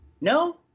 No